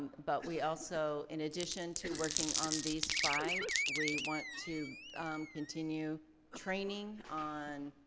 but we also, in addition to working on these five, we want to continue training on,